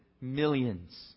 millions